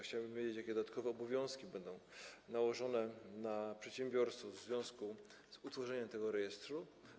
Chciałbym też wiedzieć, jakie dodatkowe obowiązki będą nałożone na przedsiębiorców w związku z utworzeniem tego rejestru.